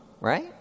right